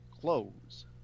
close